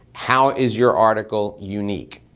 how is your article unique.